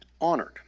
honored